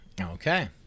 okay